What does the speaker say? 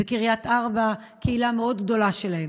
בקריית ארבע יש קהילה מאוד גדולה שלהם.